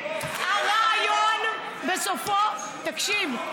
תקשיב,